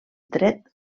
dret